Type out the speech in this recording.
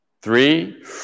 three